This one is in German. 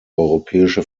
europäische